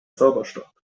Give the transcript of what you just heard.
zauberstab